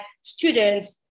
students